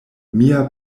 mia